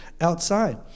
outside